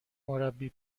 مربی